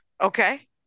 Okay